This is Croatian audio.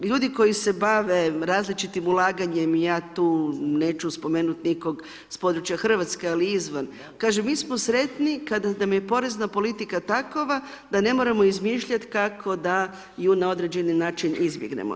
Ljudi koji se bave različitim ulaganjem, ja tu neću spomenut nikog s područja Hrvatske, ali izvan, kaže mi smo sretni kada nam je porezna politika takova da ne moramo izmišljati kako da ju na određeni način izbjegnemo.